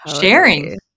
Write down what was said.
sharing